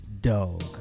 dog